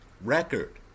record